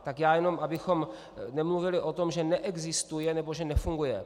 Tak já jenom abychom nemluvili o tom, že neexistuje nebo nefunguje.